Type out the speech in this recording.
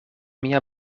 mia